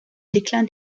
déclin